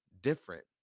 different